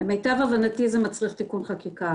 למיטב הבנתי זה מצריך תיקון חקיקה,